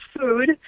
food